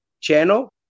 channel